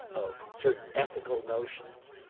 of certain ethical notions,